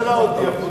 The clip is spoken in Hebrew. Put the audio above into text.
רק ראש הממשלה הודיע,